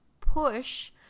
push